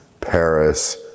Paris